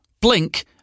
blink